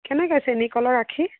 কেনেকৈ চেনি কলৰ আখি